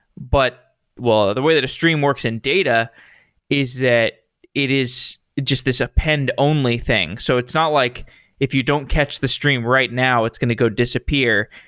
but well, the way that a stream works in data is that it is just this append-only thing. so it's not like if you don't catch the stream right now, it's going to go disappear.